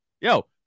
yo